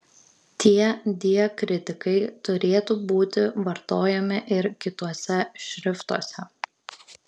tie diakritikai turėtų būti vartojami ir kituose šriftuose